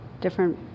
different